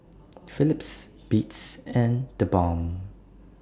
Philips Beats and TheBalm